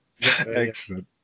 excellent